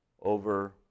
over